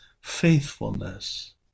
faithfulness